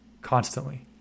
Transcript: constantly